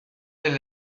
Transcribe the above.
del